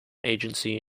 agency